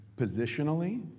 Positionally